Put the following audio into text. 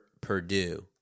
Purdue